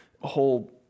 whole